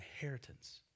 inheritance